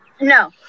no